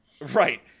Right